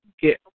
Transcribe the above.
get